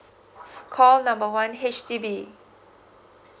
call number one H_D_B